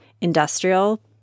industrial